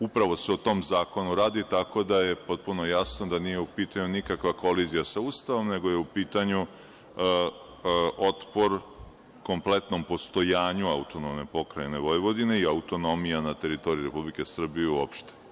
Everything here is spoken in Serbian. Upravo se o tom zakonu radi, tako da je potpuno jasno da nije u pitanju nikakva kolizija sa Ustavom nego je u pitanju otpor kompletnom postojanju AP Vojvodine i autonomija na teritoriji Republike Srbije, uopšte.